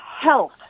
health